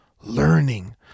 learning